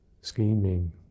scheming